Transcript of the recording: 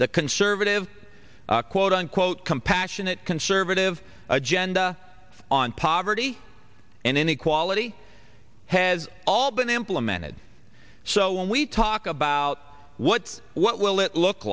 the conservative quote unquote compassionate conservative agenda on poverty and inequality has all been implemented so when we talk about what's what will it look